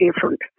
different